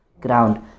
ground